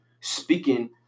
speaking